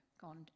gone